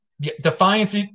Defiance